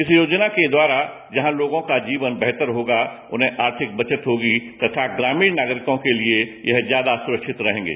इस कार्यक्रम के द्वारा जहां लोगों का जीवन बेहतर होगा उन्हें आर्थिक बचत होगी तथा ग्रामीण नागरिकों के लिए यह ज्यादा सुप्रक्षित रहेगे